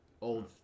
old